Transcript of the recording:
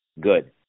good